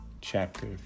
chapter